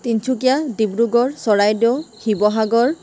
Tinsukia Dibrugarh Charaideo Sivasagar